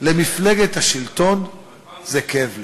למפלגת השלטון זה כאב לב.